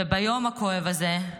וביום הכואב הזה,